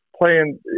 playing